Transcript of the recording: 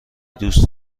دوست